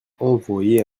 envoyer